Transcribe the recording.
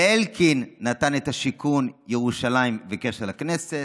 לאלקין נתן את השיכון, ירושלים וקשר לכנסת,